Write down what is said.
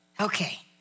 Okay